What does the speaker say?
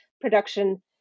production